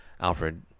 Alfred